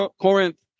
Corinth